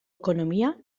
ekonomia